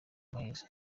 muhezo